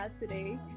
today